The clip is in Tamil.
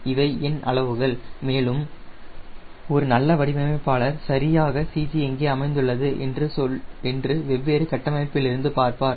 இவை எண் அளவுகள் மேலும் ஒரு நல்ல வடிவமைப்பாளர் சரியாக CG எங்கே அமைந்துள்ளது என்று வெவ்வேறு கட்டமைப்பிலிருந்து பார்ப்பார்